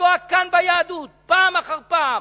לפגוע כאן ביהדות פעם אחר פעם,